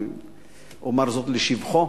אומר זאת לשבחו,